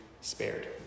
spared